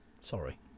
Sorry